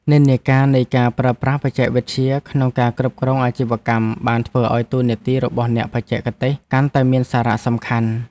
និន្នាការនៃការប្រើប្រាស់បច្ចេកវិទ្យាក្នុងការគ្រប់គ្រងអាជីវកម្មបានធ្វើឱ្យតួនាទីរបស់អ្នកបច្ចេកទេសកាន់តែមានសារៈសំខាន់។